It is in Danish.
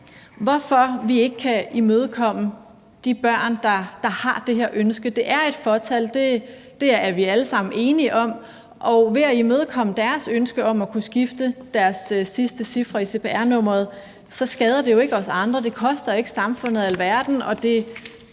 hvorfor vi ikke kan imødekomme de børn, der har det her ønske. Det er et fåtal – det er vi alle sammen enige om – og det, at vi imødekommer deres ønske om at kunne skifte deres sidste cifre i cpr-nummeret, skader jo ikke os andre. Det koster ikke samfundet alverden, og det